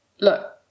look